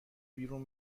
بیرون